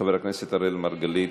חבר הכנסת אראל מרגלית,